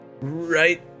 Right